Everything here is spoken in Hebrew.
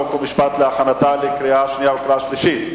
חוק ומשפט להכנתה לקריאה שנייה וקריאה שלישית.